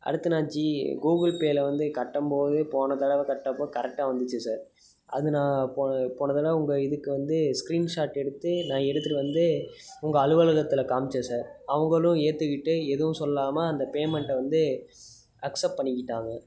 அடுத்து நான் G Google பேயில் வந்து கட்டும் போது போன தடவை கட்டினப்ப கரெக்டாக வந்துச்சு சார் அது நான் போ போன தடவை உங்கள் இதுக்கு வந்து ஸ்கிரீன்ஷாட் எடுத்து நான் எடுத்துட்டு வந்து உங்கள் அலுவலகத்தில் காண்மிச்சேன் சார் அவங்களும் ஏற்றுக்கிட்டு எதுவும் சொல்லாமல் அந்த பேமெண்ட்டை வந்து அக்செப்ட் பண்ணிக்கிட்டாங்க